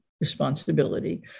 responsibility